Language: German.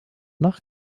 nach